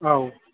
औ